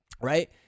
Right